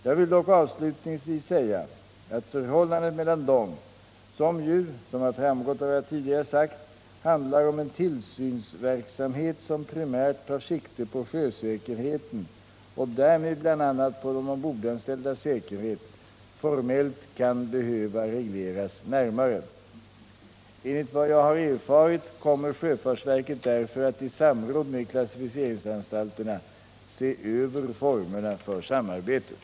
Jag vill dock avslutningsvis säga att förhållandet mellan dem, som ju — som har framgått av vad jag tidigare har sagt — handlar om en tillsynsverksamhet som primärt tar sikte på sjösäkerheten och därmed bl.a. på de ombordvarandes säkerhet, formellt kan behöva regleras närmare. Enligt vad jag har erfarit kommer sjöfartsverket därför att i samråd med klassificeringsanstalterna se över formerna för samarbetet.